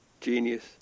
genius